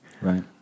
Right